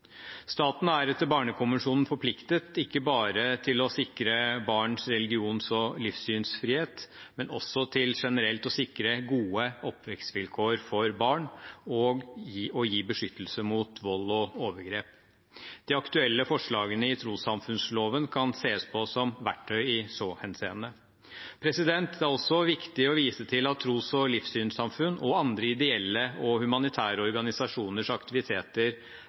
Staten er etter Barnekonvensjonen forpliktet ikke bare til å sikre barns religions- og livssynsfrihet, men også til generelt å sikre gode oppvekstsvilkår for barn og å gi beskyttelse mot vold og overgrep. De aktuelle forslagene i forbindelse med trossamfunnsloven kan ses på som verktøy i så henseende. Det er også viktig å vise til at tros- og livssynssamfunn og andre ideelle og humanitære organisasjoners aktiviteter